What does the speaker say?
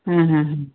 ହୁଁ ହୁଁ ହୁଁ